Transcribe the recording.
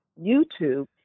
YouTube